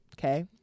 Okay